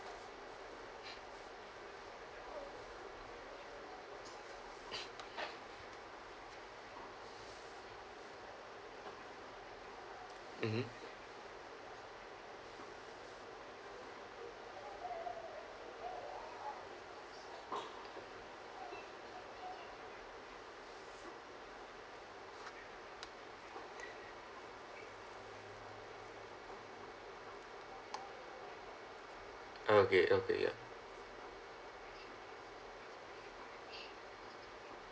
mmhmm okay okay ya